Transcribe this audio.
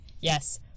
yes